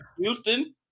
Houston